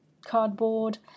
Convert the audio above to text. cardboard